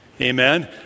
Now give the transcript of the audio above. Amen